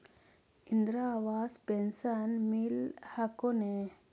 Indira Awas pension मिल हको ने?